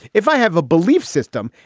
if i have a belief system,